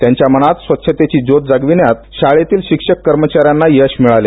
त्यांच्या मनात स्वच्छतेची ज्योत जागविण्यात शाळेतील शिक्षक कर्मचाऱ्याना यश मिळाले